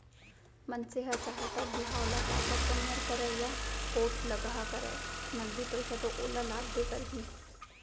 मनसे ह चाहे तौ बिहाव ल पातर पनियर करय या पोठलगहा करय नगदी पइसा तो ओला लागबे करही